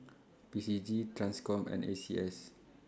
P C G TRANSCOM and A C S